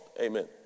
amen